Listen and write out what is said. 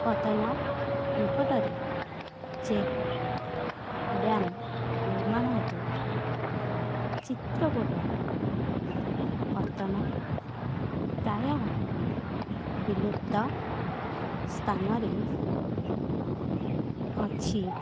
ପତନ ନିକଟରେ check dam ନିର୍ମାଣ ହେତୁ ଚିତ୍ରକୁଟ ପତନ ପ୍ରାୟ ବିଲୁପ୍ତ ସ୍ଥାନରେ ଅଛି